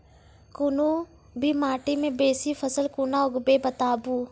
कूनू भी माटि मे बेसी फसल कूना उगैबै, बताबू?